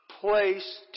place